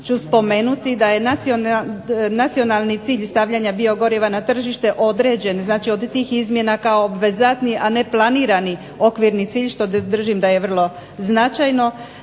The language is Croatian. ću spomenuti da je nacionalni cilj stavljanja biogoriva na tržište određen. Znači od tih izmjena kao obvezatni, a ne planirani okvirni cilj što držim da je vrlo značajno.